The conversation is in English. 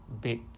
bit